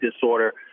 disorder